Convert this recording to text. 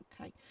okay